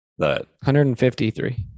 153